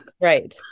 Right